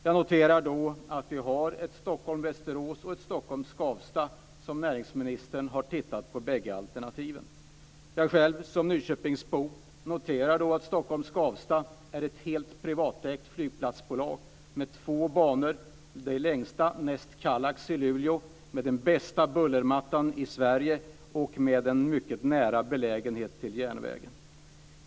Jag noterar att näringsministern har studerat de bägge alternativen Stockholm-Västerås och Stockholm-Skavsta. Jag konstaterar som Nyköpingsbo att Stockholm-Skavsta är ett helt privatägt flygplatsbolag med två banor, de längsta näst Kallax i Luleå, med den bästa bullermattan i Sverige och med en lokalisering mycket nära till järnvägen.